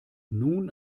nun